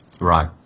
Right